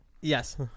Yes